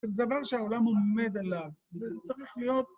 זה דבר שהעולם עומד עליו, זה צריך להיות...